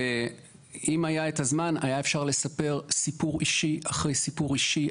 ואם היה את הזמן היה אפשר לספר סיפור אישי אחרי סיפור אישי,